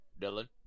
Dylan